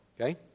Okay